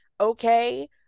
Okay